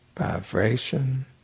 vibration